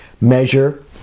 measure